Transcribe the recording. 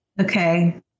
okay